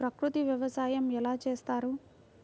ప్రకృతి వ్యవసాయం ఎలా చేస్తారు?